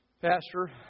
Pastor